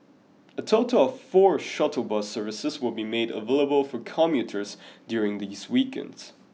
a total of four shuttle bus services will be made available for commuters during these weekends